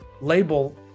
label